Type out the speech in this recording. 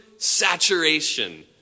saturation